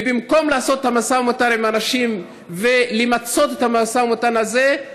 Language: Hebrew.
ובמקום לעשות משא ומתן עם האנשים ולמצות את המשא ומתן הזה,